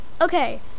okay